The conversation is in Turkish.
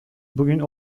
bugün